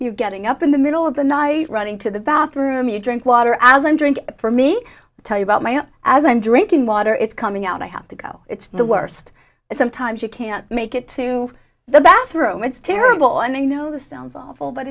know getting up in the middle of the night running to the bathroom you drink water as one drink for me tell you about my aunt as i'm drinking water it's coming out i have to go it's the worst and sometimes you can't make it to the bathroom it's terrible and i know this sounds awful but